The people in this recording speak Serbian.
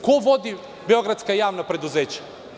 Ko vodi beogradska javna preduzeća?